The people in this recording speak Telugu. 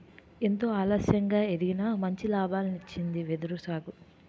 ఎంతో ఆలస్యంగా ఎదిగినా మంచి లాభాల్నిచ్చింది వెదురు సాగు